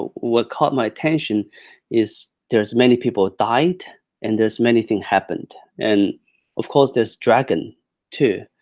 what caught my attention is there's many people died and there's many thing happened. and of course there's dragons too.